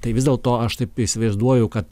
tai vis dėlto aš taip įsivaizduoju kad